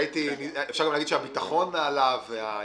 אפשר להגיד גם שהביטחון עלה.